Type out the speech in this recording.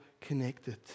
connected